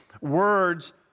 words